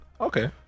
Okay